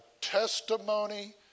testimony